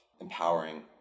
empowering